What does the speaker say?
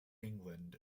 england